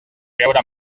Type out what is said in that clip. beure